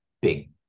big